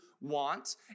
want